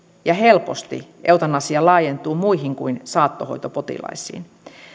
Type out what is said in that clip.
ja helposti eutanasia laajentuu muihin kuin saattohoitopotilaisiin